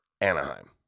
Anaheim